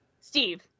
Steve